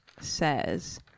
says